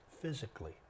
physically